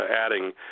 adding